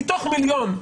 מתוך מיליון,